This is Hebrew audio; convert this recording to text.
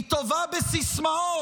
היא טובה בסיסמאות,